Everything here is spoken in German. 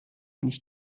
nicht